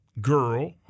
girl